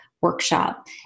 workshop